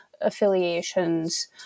affiliations